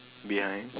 behind